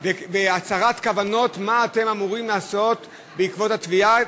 והצהרת כוונות: מה אתם אמורים לעשות בעקבות התביעה